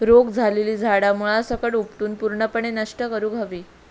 रोग झालेली झाडा मुळासकट उपटून पूर्णपणे नष्ट करुक हवी